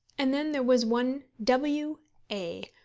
and then there was one w a,